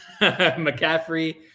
McCaffrey